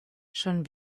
schon